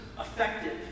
effective